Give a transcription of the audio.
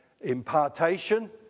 impartation